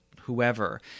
whoever